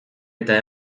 eta